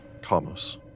Kamos